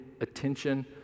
attention